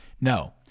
No